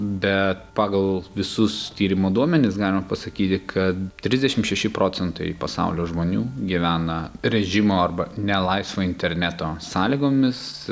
bet pagal visus tyrimo duomenis galima pasakyti kad trisdešimt šeši procentai pasaulio žmonių gyvena režimo arba ne laisvo interneto sąlygomis